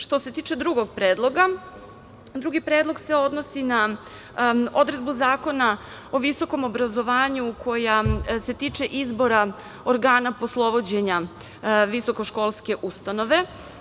Što se tiče drugog predloga, drugi predlog se odnosi na odredbu Zakona o visokom obrazovanju koja se tiče izbora organa poslovođenja visokoškolske ustanove.